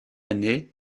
année